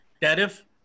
tariff